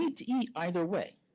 eat eat either way.